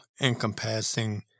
encompassing